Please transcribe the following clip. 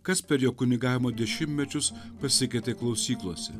kas per jo kunigavimo dešimtmečius pasikeitė klausyklose